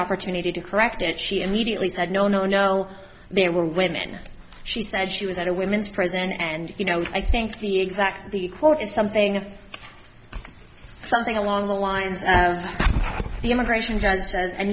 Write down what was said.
opportunity to correct it she immediately said no no no there were women she said she was at a women's prison and you know i think the exact the quote is something of something along the lines of the immigration d